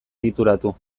egituratu